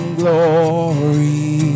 glory